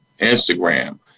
Instagram